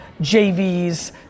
JVs